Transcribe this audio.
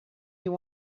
you